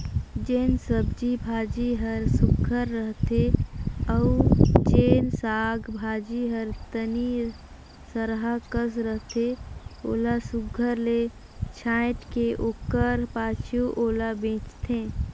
जेन सब्जी भाजी हर सुग्घर रहथे अउ जेन साग भाजी हर तनि सरहा कस रहथे ओला सुघर ले छांएट के ओकर पाछू ओला बेंचथें